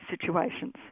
situations